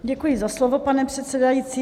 Děkuji za slovo, pane předsedající.